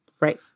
Right